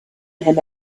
him